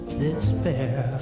despair